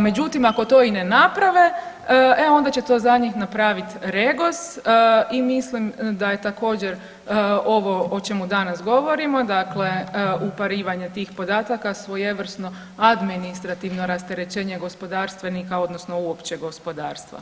međutim, ako to i ne naprave, e onda će to za njih napraviti REGOS i mislim da je također, ovo o čemu danas govorimo, dakle uparivanje tih podataka svojevrsno administrativno rasterećenje gospodarstvenika odnosno uopće gospodarstva.